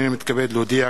הנני מתכבד להודיע,